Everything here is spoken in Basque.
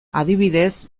adibidez